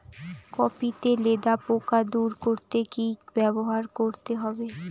Copy তে লেদা পোকা দূর করতে কি ব্যবহার করতে হবে?